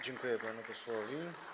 Dziękuję panu posłowi.